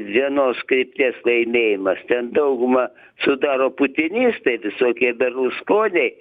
vienos krypties laimėjimas ten daugumą sudaro putinistai visokie berluskoniai